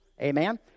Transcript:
Amen